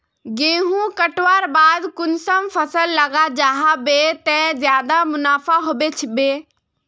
गेंहू कटवार बाद कुंसम फसल लगा जाहा बे ते ज्यादा मुनाफा होबे बे?